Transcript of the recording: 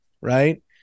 right